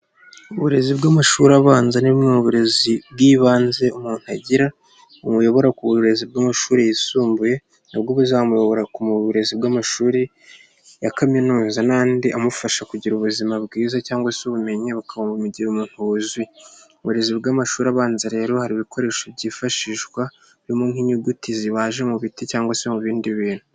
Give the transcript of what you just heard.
Uburezi bw'amashuri abanza ni bumwe mu burezi bw'ibanze umuntu agira, bumuyobora ku burezi bw'amashuri yisumbuye, nabwo buzamuyobora mu burezi bw'amashuri ya Kaminuza n'andi amufasha kugira ubuzima bwiza cyangwa se ubumenyi bukamugira umuntu wuzuye. Uburezi bw'amashuri abanza rero hari ibikoresho byifashishwa, birimo nk'inyuguti zibaje mu biti cyangwa se mu bindi bintu.